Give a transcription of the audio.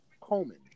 Coleman